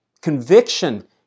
conviction